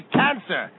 cancer